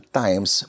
times